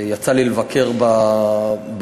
יצא לי לבקר בחברה,